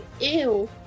Ew